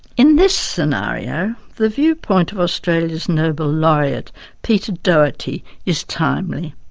in this scenario the viewpoint of australia's nobel laureate peter doherty is timely.